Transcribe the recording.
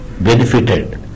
benefited